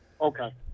Okay